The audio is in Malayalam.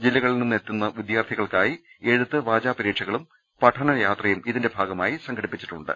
ജില്ലകളിൽ നിന്ന് എത്തുന്ന വിദ്യാർത്ഥികൾക്കായി എഴുത്ത് വാചാ പരീ ക്ഷകളും പഠനയാത്രയും ഇതിന്റെ ഭാഗമായി സംഘടിപ്പിച്ചിട്ടുണ്ട്